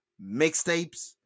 mixtapes